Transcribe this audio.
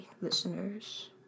listeners